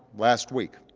last week,